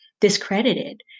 discredited